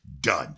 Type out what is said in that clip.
done